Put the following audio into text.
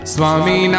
Swami